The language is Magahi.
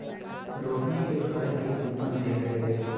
रोहिणी के खाए के कूपन देल गेलई